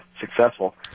successful